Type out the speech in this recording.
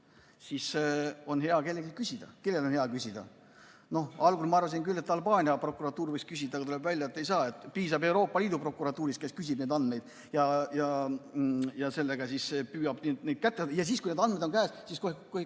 siis on hea kellelgi seda küsida. Kellel on hea küsida? Algul ma arvasin küll, et Albaania prokuratuur võiks küsida, aga tuleb välja, et nii ei saa, piisab Euroopa Liidu prokuratuurist, kes küsib neid andmeid ja püüab neid kätte saada. Ja siis, kui need andmed on käes, kustutatakse